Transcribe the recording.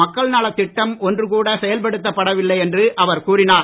மக்கள் நலத் திட்டம் ஒன்று கூட செயல்படுத்தப்பட வில்லை என்று அவர் கூறினார்